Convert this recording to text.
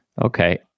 Okay